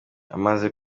amaze